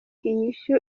inyishu